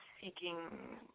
seeking